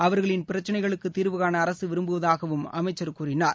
அவர்களின் பிரச்சினைகளுக்கு தீர்வுகாண அரசு விரும்புவதாகவும் அமைச்சர் கூறினார்